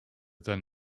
than